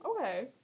okay